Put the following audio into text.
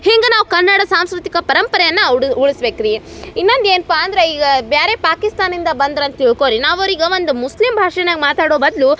ಹಿಂಗೆ ನಾವು ಕನ್ನಡ ಸಾಂಸ್ಕೃತಿಕ ಪರಂಪರೆಯನ್ನು ಉಡ್ ಉಳ್ಸ್ಬೇಕು ರೀ ಇನ್ನೊಂದು ಏನಪ್ಪ ಅಂದರೆ ಈಗ ಬೇರೆ ಪಾಕಿಸ್ತಾನಿಂದ ಬಂದ್ರು ಅಂತ ತಿಳ್ಕೊಳ್ಳಿ ನಾವು ಅವ್ರಿಗೆ ಒಂದು ಮುಸ್ಲಿಮ್ ಭಾಷೆನಾಗ್ ಮಾತಾಡೋ ಬದಲು